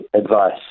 advice